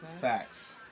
Facts